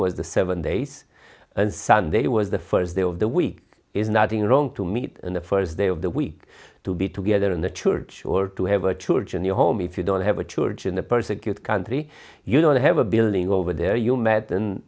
was the seven days and sunday was the first day of the week is nothing wrong to meet the first day of the week to be together in the church or to have a church in your home if you don't have a church in the persecute country you don't have a building over there you met and